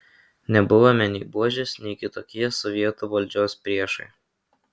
nebuvome nei buožės nei kitokie sovietų valdžios priešai